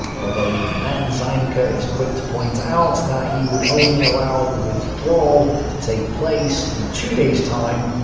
although even then, zeimke ah is quick to point out that he would only allow the withdraw to take place in two days time,